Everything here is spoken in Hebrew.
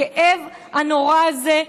הכאב הנורא הזה,